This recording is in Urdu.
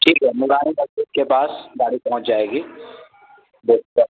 ٹھیک ہے نورانی مسجد کے پاس گاڑی پہنچ جائے گی بہتر